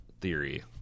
theory